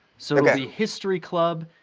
so it would be history club,